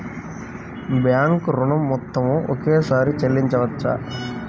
Bank ఋణం మొత్తము ఒకేసారి చెల్లించవచ్చా?